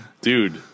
dude